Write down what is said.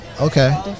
Okay